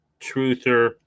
Truther